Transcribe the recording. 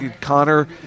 Connor